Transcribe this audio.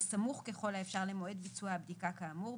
בסמוך ככל האפשר למועד ביצוע הבדיקה כאמור,